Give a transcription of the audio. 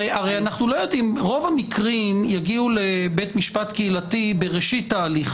הרי רוב המקרים יגיעו לבית משפט קהילתי בראשית ההליך,